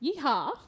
Yeehaw